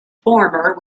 former